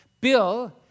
Bill